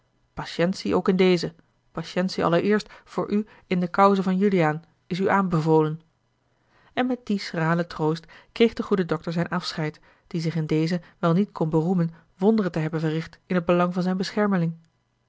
patientie ook in dezen patientie allereerst voor u in de cause van juliaan is u aanbevolen en met dien schralen troost kreeg de goede dokter zijn afscheid die zich in dezen wel niet kon beroemen wonderen te hebben verricht in het belang van zijn beschermeling